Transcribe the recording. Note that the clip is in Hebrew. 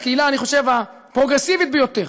הקהילה הפרוגרסיבית ביותר,